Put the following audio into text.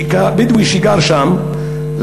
בדואי שגר שם שנים,